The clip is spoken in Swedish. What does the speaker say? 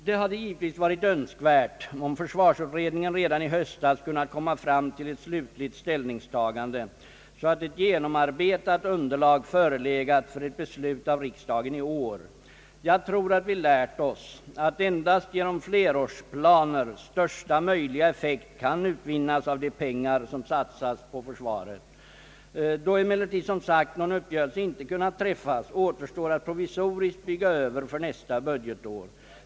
Det hade givetvis varit önskvärt om försvarsutredningen redan i höstas kunnat komma fram till ett slutligt ställningstagande så att ett genomarbetat underlag förelegat för ett beslut av riksdagen i år. Jag tror att vi lärt att endast genom flerårsplaner största möjliga ef fekt kan utvinnas av de pengar som satsas på försvaret. Då emellertid som sagt någon uppgörelse inte kunnat träffas, återstår att provisoriskt brygga över för nästa budgetår.